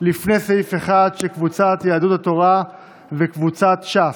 לפני סעיף 1, של קבוצת יהדות התורה וקבוצת ש"ס.